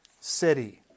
city